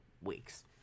weeks